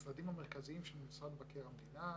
במשרדים המרכזיים של משרד מבקר המדינה,